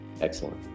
excellent